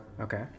okay